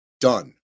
done